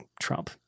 Trump